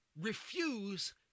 refuse